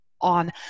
on